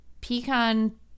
pecan